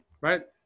right